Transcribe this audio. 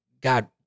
God